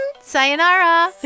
sayonara